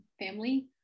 family